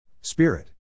Spirit